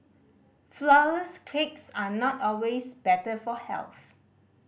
flourless cakes are not always better for health